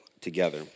together